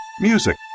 music